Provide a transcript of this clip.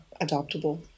adoptable